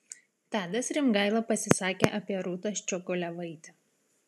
tadas rimgaila pasisakė apie rūtą ščiogolevaitę